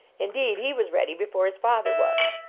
in deed he was ready before his father was.